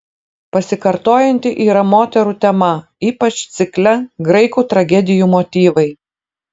pasikartojanti yra moterų tema ypač cikle graikų tragedijų motyvai